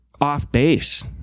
off-base